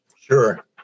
Sure